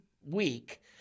week